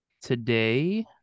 Today